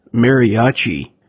mariachi